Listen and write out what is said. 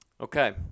Okay